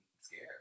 scared